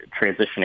transitioning